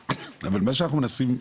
אבל מה שאנחנו מנסים להבין,